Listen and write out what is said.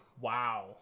Wow